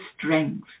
strength